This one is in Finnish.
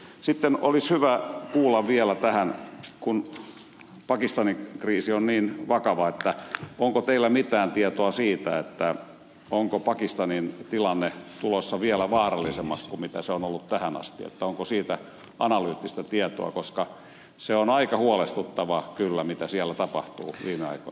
sitten olisi hyvä kuulla vielä kun pakistanin kriisi on niin vakava onko teillä mitään tietoa siitä onko pakistanin tilanne tulossa vielä vaarallisemmaksi kuin mitä se on ollut tähän asti onko siitä analyyttista tietoa koska se on kyllä aika huolestuttavaa mitä siellä on tapahtunut viime aikoina